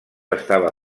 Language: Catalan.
estava